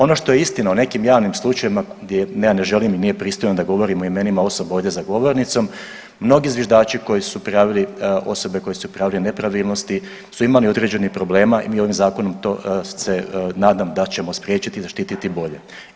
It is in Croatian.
Ono što je istina u nekim javnim slučajevima gdje ja ne želim i nije pristojno da govorim o imenima osoba ovdje za govornicom, mnogi zviždači koji su prijavili, osobe koje su prijavile nepravilnosti su imali određenih problema i ovim zakonom to se nadam da ćemo spriječiti i zaštiti bolje.